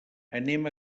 anem